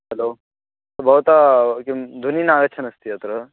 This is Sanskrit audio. हलो भवतः किं ध्वनिः नागच्छति अस्ति अत्र